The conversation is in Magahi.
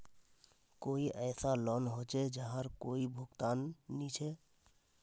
कोई ऐसा लोन होचे जहार कोई भुगतान नी छे?